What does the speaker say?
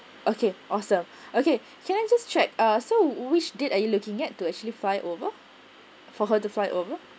okay awesome okay can I just check ah so which date are you looking at to actually fly over for her to fly over